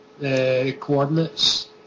coordinates